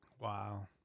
Wow